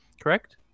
correct